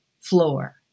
floor